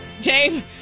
Dave